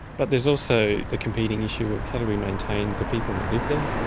but there's also the competing issue of how do we maintain the people that live there,